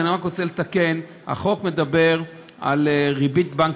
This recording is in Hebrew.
אני רק רוצה לתקן: החוק מדבר על ריבית בנק